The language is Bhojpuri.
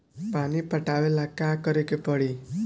पानी पटावेला का करे के परी?